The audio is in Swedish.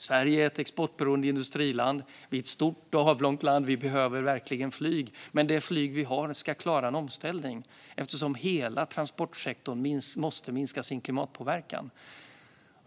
Sverige är ett exportberoende industriland. Vi är ett stort och avlångt land, och vi behöver verkligen flyget. Det flyg vi har ska dock klara en omställning eftersom hela transportsektorn måste minska sin klimatpåverkan.